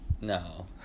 No